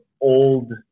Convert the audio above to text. old